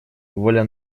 воля